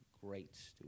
great